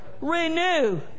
renew